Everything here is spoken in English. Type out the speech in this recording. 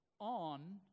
on